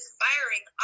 firing